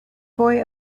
boy